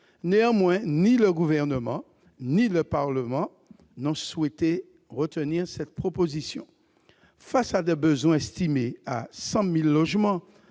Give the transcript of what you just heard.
Néanmoins, ni le Gouvernement ni le Parlement n'ont souhaité retenir cette proposition. Face à des besoins estimés à 100 000 logements,